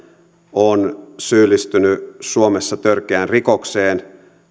on syyllistynyt suomessa törkeään rikokseen